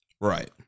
Right